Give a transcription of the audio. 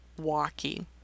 walking